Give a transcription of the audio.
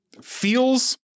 feels